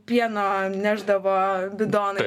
pieno nešdavo bidonai